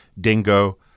dingo